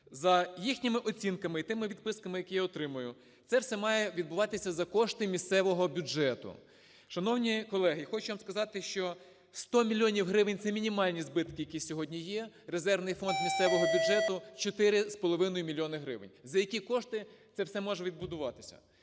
За їхніми оцінками і тими відписками, які я отримую, це все має відбуватися за кошти місцевого бюджету. Шановні колеги, хочу вам сказати, що 100 мільйонів гривень – це мінімальні збитки, які сьогодні є. Резервний фонд місцевого бюджету – 4,5 мільйона гривень. За які кошти це все може відбудуватися?